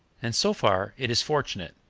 and so far it is fortunate.